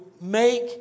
make